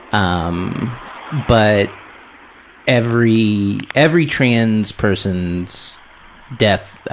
um but every every trans person's death